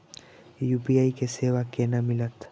UPI के सेवा केना मिलत?